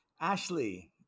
Ashley